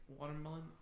watermelon